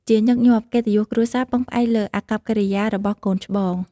ជាញឹកញាប់ កិត្តិយសគ្រួសារពឹងផ្អែកលើអាកប្បកិរិយារបស់កូនច្បង។